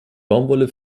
baumwolle